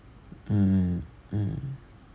mm mm